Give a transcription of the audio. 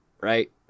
right